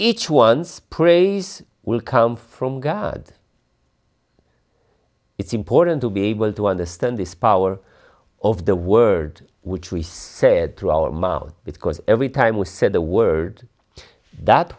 each one's praise will come from god it's important to be able to understand this power of the word which we said to our mouth because every time we said the word that